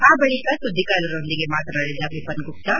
ಆ ಬಳಕ ಸುಧಿಗಾರರೊಂದಿಗೆ ಮಾತನಾಡಿದ ವಿಪನ್ಗುಪ್ತಾ